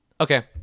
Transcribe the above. Okay